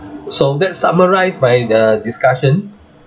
so that summarise my the discussion